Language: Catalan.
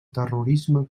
terrorisme